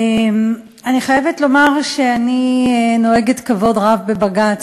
אני חייבת לומר שאני נוהגת כבוד רב בבג"ץ,